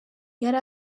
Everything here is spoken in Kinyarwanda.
yari